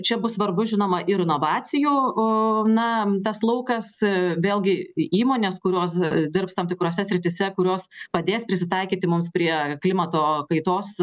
čia bus svarbu žinoma ir inovacijų u na tas laukas vėlgi įmonės kurios dirbs tam tikrose srityse kurios padės prisitaikyti mums prie klimato kaitos